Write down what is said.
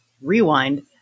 rewind